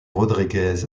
rodriguez